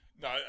No